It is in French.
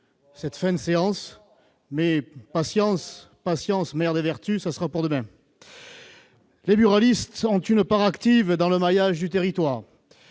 cette fin de séance. Mais la patience est mère de toutes les vertus : ce sera pour demain ! Les buralistes ont une part active dans le maillage du territoire